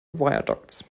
viaducts